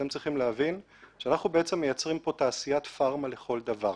אתם צריכים להבין שאנחנו בעצם מייצרים כאן תעשיית פארמה לכל דבר.